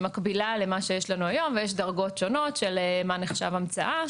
מקבילה למה שיש לנו היום ויש דרגות שונות של מה נחשב המצאה.